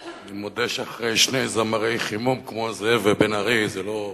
אני מודה שאחרי שני זמרי חימום כמו זאב ובן-ארי זה לא פשוט.